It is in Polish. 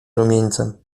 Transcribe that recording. rumieńcem